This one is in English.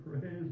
praise